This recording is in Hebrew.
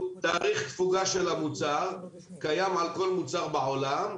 תאריך תפוגה של המוצר קיים על כל מוצר בעולם.